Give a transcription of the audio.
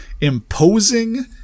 imposing